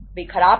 वे खराब हैं